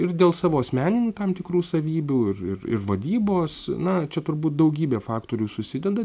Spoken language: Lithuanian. ir dėl savo asmeninių tam tikrų savybių ir ir ir vadybos na čia turbūt daugybė faktorių susideda